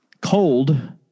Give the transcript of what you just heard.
cold